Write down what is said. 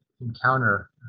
encounter